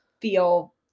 feel